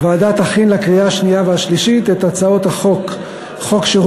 הוועדה תכין לקריאה השנייה והשלישית את הצעת חוק שירות